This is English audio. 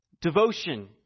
Devotion